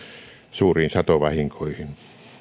suuriin satovahinkoihin